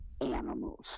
animals